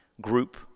group